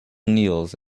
kneels